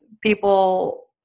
people